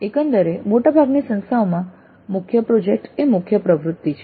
એકંદરે મોટાભાગની સંસ્થાઓમાં મુખ્ય પ્રોજેક્ટ એ મુખ્ય પ્રવૃત્તિ છે